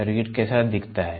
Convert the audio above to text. circuit कैसा दिखता है